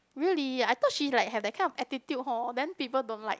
really I thought she like have that kind of attitude hor then people like